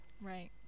Right